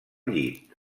llit